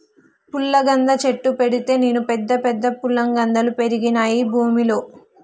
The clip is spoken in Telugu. పుల్లగంద చెట్టు పెడితే నేను పెద్ద పెద్ద ఫుల్లగందల్ పెరిగినాయి భూమిలో